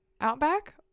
Outback